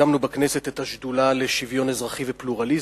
הקמנו בכנסת את השדולה לשוויון אזרחי ופלורליזם,